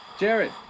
Jared